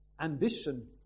ambition